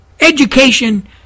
education